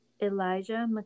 Elijah